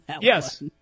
Yes